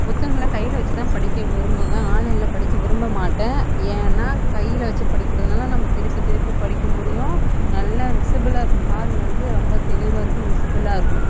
புத்தகங்களை கையில்தான் வச்சு படிக்க விரும்புவேன் ஆன்லைனில் படிக்க விரும்பமாட்டேன் ஏன்னால் கையில் வச்சு படிக்கிறதுனால் நம்ம திருப்பி திருப்பி படிக்க முடியும் நல்லா விசிபிளாயிருக்கும் பார்வை வந்து ரொம்ப தெளிவாயிருக்கும் விசிபிளாயிருக்கும்